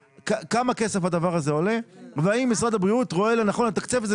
כמה כסף הדבר הזה עולה והאם משרד הבריאות רואה לנכון לתקצב את זה,